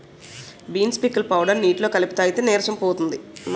beans పిక్కల powder నీటిలో కలిపి తాగితే నీరసం పోతది